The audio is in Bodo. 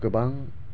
गोबां